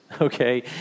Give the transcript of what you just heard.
Okay